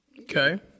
Okay